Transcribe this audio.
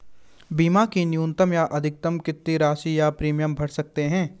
बीमा की न्यूनतम या अधिकतम कितनी राशि या प्रीमियम भर सकते हैं?